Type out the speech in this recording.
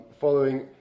following